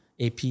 AP